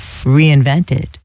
reinvented